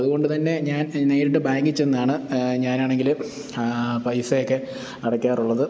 അതു കൊണ്ട് തന്നെ ഞാൻ നേരിട്ട് ബാങ്കിൽ ചെന്നാണ് ഞാനാണെങ്കിൽ പൈസയൊക്കെ അടക്കാറുള്ളത്